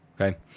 Okay